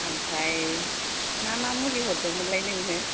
आमफ्राय मा मा मुलि हरदोंमोनलाय नोंनो